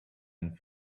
and